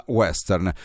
western